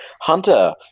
Hunter